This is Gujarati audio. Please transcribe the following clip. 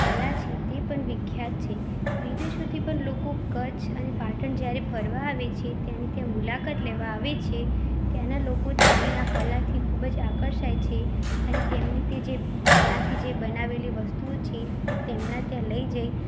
કલા છે તે પણ વિખ્યાત છે વિદેશોથી પણ લોકો કચ્છ અને પાટણ જ્યારે ફરવા આવે છે ત્યાંની ત્યાં મુલાકાત લેવા આવે છે ત્યાંના લોકો ત્યાંની આ કલાથી ખૂબ જ આકર્ષાય છે અને તેમની તે જે કલાથી જે બનાવેલી વસ્તુઓ છે તે તેમના ત્યાં લઇ જઇ